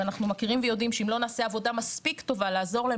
ואנחנו מכירים ויודעים שאם לא נעשה עבודה מספיק טובה לעזור להם